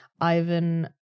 Ivan